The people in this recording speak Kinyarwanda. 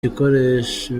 ibikoresho